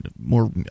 more